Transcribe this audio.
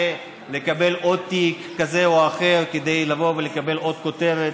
לקבל עוד תיק כזה או אחר כדי לבוא ולקבל עוד כותרת.